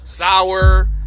Sour